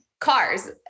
cars